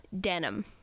denim